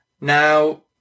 now